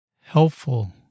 helpful